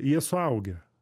jie suaugę